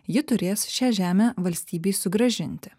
ji turės šią žemę valstybei sugrąžinti